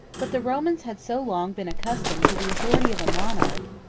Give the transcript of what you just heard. but the romans had so long been accustomed to the authority of a monarch,